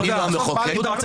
יהודה, רק